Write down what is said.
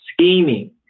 scheming